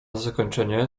zakończenie